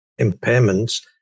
impairments